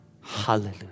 Hallelujah